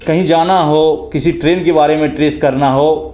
कही जाना हो किसी ट्रेन के बारे में ट्रेस करना हो